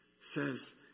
says